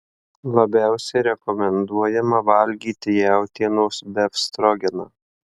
labiausiai rekomenduojama valgyti jautienos befstrogeną